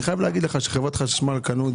אני חייב להגיד לך שחברת חשמל קנו את